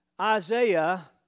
Isaiah